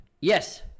Yes